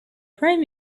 prime